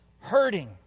hurting